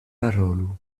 parolu